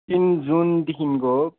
तिन जुनदेखिको